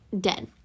dead